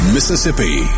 Mississippi